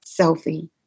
selfie